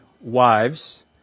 wives